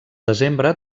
desembre